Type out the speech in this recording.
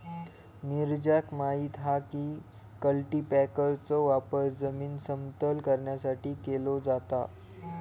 नीरजाक माहित हा की कल्टीपॅकरचो वापर जमीन समतल करण्यासाठी केलो जाता